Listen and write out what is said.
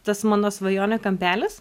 tas mano svajonių kampelis